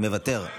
מה היא אומרת,